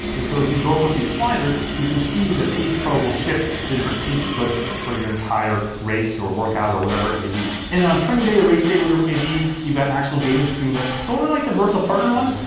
and so as you dork with these sliders, you can see the pacepro will shift the different pace splits for your entire race, or workout, or whatever it may be. and then on training day, or race day whatever maybe, you've got an actual data screen that's sort of like the virtual partner one,